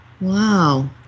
Wow